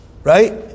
Right